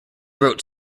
wrote